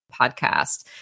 podcast